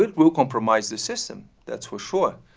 will will compromise the system. that's for sure.